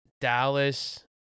Dallas